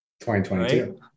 2022